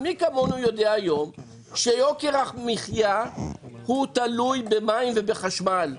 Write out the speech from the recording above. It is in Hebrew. מי כמונו יודע שיוקר המחייה תלוי במים ובחשמל.